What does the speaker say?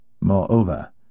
moreover